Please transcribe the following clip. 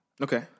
Okay